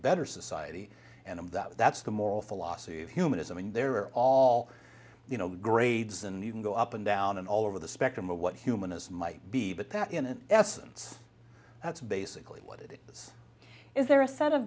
better society and of that that's the moral philosophy of humanism and there are all you know grades and you can go up and down and all over the spectrum of what humanism might be but that in essence that's basically what it is is there a set of